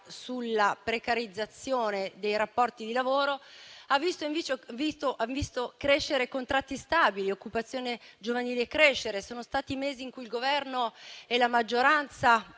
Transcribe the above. sulla precarizzazione dei rapporti di lavoro ha visto la crescita di contratti stabili e dell'occupazione giovanile. Sono stati mesi in cui il Governo e la maggioranza